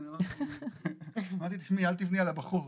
אמרתי, תשמעי, אל תבני על הבחור.